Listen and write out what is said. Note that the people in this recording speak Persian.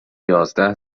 یازده